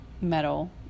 Metal